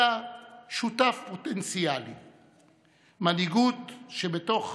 אלא שותף פוטנציאלי, מנהיגות שבתוך